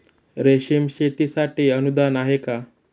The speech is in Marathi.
रेशीम शेतीसाठी अनुदान आहे का?